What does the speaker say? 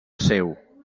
seu